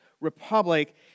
Republic